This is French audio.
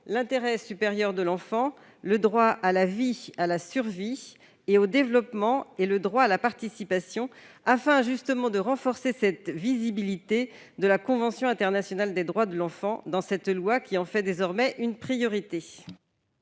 l'intérêt supérieur de l'enfant, le droit à la vie, à la survie et au développement et le droit à la participation, afin de renforcer la visibilité de la convention internationale des droits de l'enfant dans ce projet de loi, qui en fait désormais une priorité.